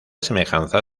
semejanza